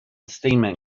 steaming